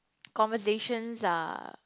conversations are